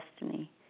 destiny